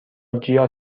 جیا